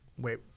Wait